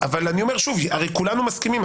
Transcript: אבל אני אומר שוב, הרי כולנו מסכימים.